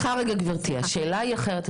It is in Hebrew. היא אחרת,